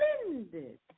splendid